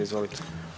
Izvolite.